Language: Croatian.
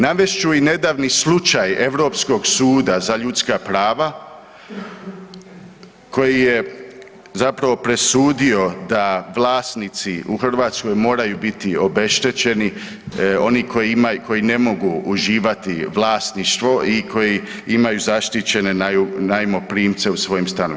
Navest ću i nedavni slučaj Europskog suda za ljudska prava koji je zapravo presudio da vlasnici u Hrvatskoj moraju biti obeštećeni, oni koji ne mogu uživati vlasništvo i koji imaju zaštićene najmoprimce u svojim stanovima.